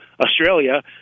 Australia